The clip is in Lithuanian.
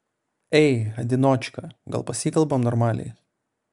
ei adinočka gal pasikalbam normaliai